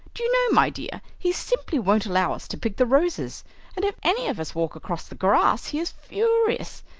do you know, my dear, he simply won't allow us to pick the roses and if any of us walk across the grass he is furious.